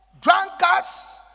drunkards